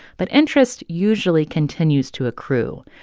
but interest usually continues to accrue.